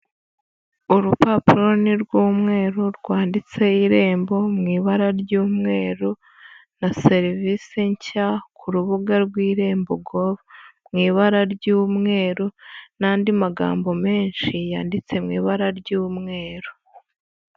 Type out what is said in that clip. Urupapuro runini rw'umweru, rwanditseho irembo mu ibara ry'umweru, na serivisi nshya ku rubuga rw'irembo govu, mu ibara ry'umweru n'andi magambo menshi yanditse mu ibara ry'umweru.